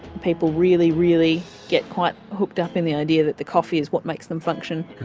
people really, really get quite hooked up in the idea that the coffee is what makes them function.